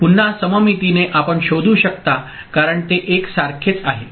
पुन्हा सममितीने आपण शोधू शकता कारण ते एकसारखेच आहे